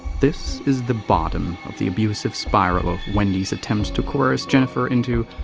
this is the bottom of the abusive spiral of wendy's attempts to coerce jennifer into.